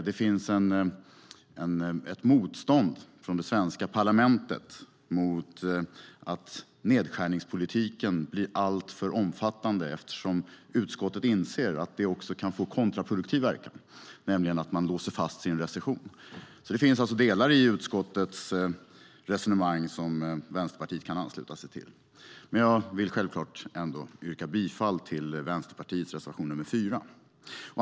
Det finns ett motstånd från det svenska parlamentet mot att nedskärningspolitiken blir alltför omfattande, eftersom utskottet inser att det också kan få kontraproduktiv verkan, nämligen att man låser fast sig i en recession. Det finns alltså delar i utskottets resonemang som Vänsterpartiet kan ansluta sig till. Men jag vill självklart ändå yrka bifall till Vänsterpartiets reservation 4.